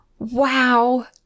Wow